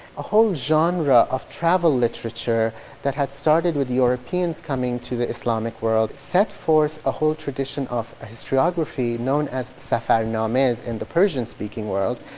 a whole genre of travel literature that had started with europeans coming to the islamic world, set forth a whole tradition of ah historiography known as safarnamehs in the persian-speaking world.